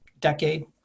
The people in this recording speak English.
Decade